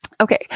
Okay